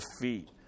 defeat